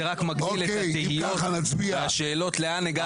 זה רק מגדיל את התהיות והשאלות לאן הגעת.